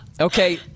Okay